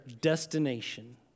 destination